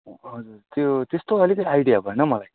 त्यो त्यस्तो अलिक आइडिया भएन हौ मलाई